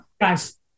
Guys